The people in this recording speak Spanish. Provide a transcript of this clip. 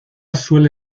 suele